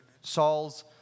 Saul's